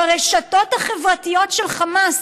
ברשתות החברתיות של חמאס,